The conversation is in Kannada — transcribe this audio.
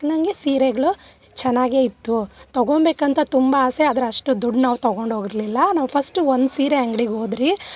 ತಕ್ನಂಗೆ ಸೀರೆಗಳು ಚೆನ್ನಾಗೆ ಇತ್ತು ತಗೊಬೇಕಂತ ತುಂಬ ಆಸೆ ಆದರೆ ಅಷ್ಟು ದುಡ್ಡು ನಾವು ತಗೊಂಡು ಹೋಗಿರ್ಲಿಲ್ಲ ನಾವು ಫಸ್ಟ್ ಒಂದು ಸೀರೆ ಅಂಗ್ಡಿಗೆ ಹೋದ್ರಿ